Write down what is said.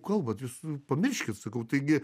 kalbat jūs pamirškit sakau taigi